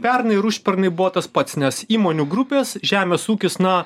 pernai ir užpernai buvo tas pats nes įmonių grupės žemės ūkis na